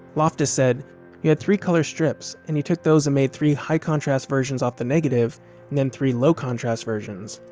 loftus said you had three color strips, and you took those and made three high contrast versions off of the negative, and then three low contrast versions.